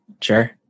sure